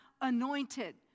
anointed